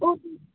okay